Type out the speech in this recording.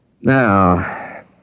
Now